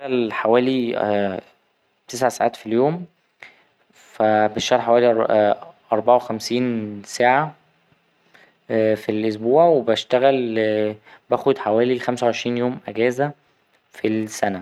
بشتغل حوالي تسع ساعات في اليوم فا بشتغل حوالي أربعة وخمسين ساعة في الأسبوع وبشتغل - باخد حوالي الخمسة وعشرين يوم أجازة في السنة.